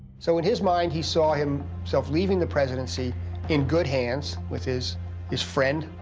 so in his mind, he saw um himself leaving the presidency in good hands with his his friend,